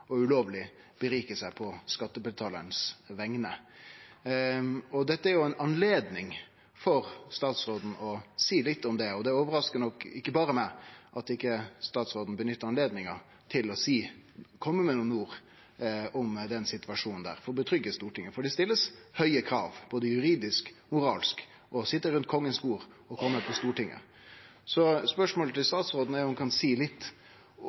statsråden ulovleg har forsøkt å gjere seg rikare seg på vegner av skattebetalarane. Dette er jo ei anledning for statsråden til å seie litt om det, og det overraskar nok ikkje berre meg at ikkje statsråden nyttar anledninga til å kome med nokre ord om denne situasjonen, og trygge Stortinget. For det blir stilt høge krav både juridisk og moralsk med omsyn til å sitje ved Kongens bord, og til kome på Stortinget. Så spørsmålet til statsråden er om han kan fortelje Stortinget litt